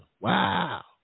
Wow